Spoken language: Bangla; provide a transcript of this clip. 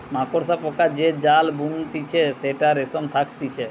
মাকড়সা পোকা যে জাল বুনতিছে সেটাতে রেশম থাকতিছে